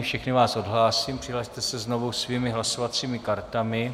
Všechny vás odhlásím, přihlaste se znovu svými hlasovacími kartami.